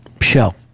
show